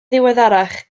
ddiweddarach